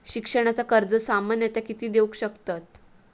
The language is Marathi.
शिक्षणाचा कर्ज सामन्यता किती देऊ शकतत?